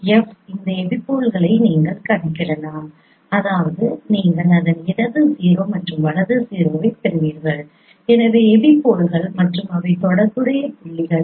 எனவே F இந்த எபிபோல்களை நீங்கள் கணக்கிடலாம் அதாவது நீங்கள் அதன் இடது 0 மற்றும் வலது 0 ஐப் பெறுவீர்கள் அவை எபிபோல்கள் மற்றும் அவை தொடர்புடைய புள்ளிகள்